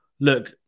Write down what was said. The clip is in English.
look